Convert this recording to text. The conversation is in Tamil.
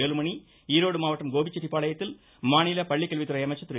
வேலுமணி ஈரோடு மாவட்டம் கோபிச்செட்டிப்பாளையத்தில் மாநில பள்ளிக்கல்வித்துறை அமைச்சர் திரு